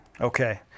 okay